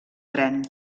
tren